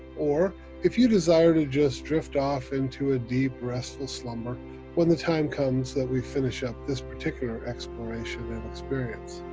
or if you desire to just drift off and to a deep, restful slumber when the time comes that we finish up this particular exploration and experience.